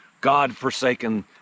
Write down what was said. god-forsaken